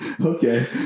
Okay